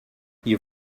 your